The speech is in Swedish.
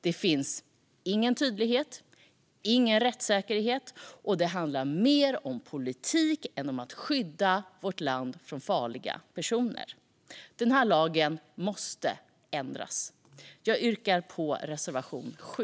Det finns ingen tydlighet och ingen rättssäkerhet, och det handlar mer om politik än om att skydda vårt land från farliga personer. Den här lagen måste ändras. Jag yrkar bifall till reservation 7.